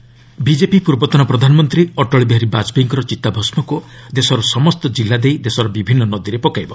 BJP ଅସ୍ଥିକଳସ ଯାତ୍ରା BJP ପୂର୍ବତନ ପ୍ରଧାନମନ୍ତ୍ରୀ ଅଟଳ ବିହାରୀ ବାଜପେୟୀଙ୍କର ଚିତାଭସ୍କକୁ ଦେଶର ସମସ୍ତ ଜିଲ୍ଲା ଦେଇ ଦେଶର ବିଭିନ୍ନ ନଦୀରେ ପକାଇବ